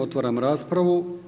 Otvaram raspravu.